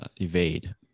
evade